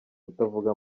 kutavuga